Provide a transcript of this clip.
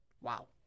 Wow